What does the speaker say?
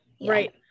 Right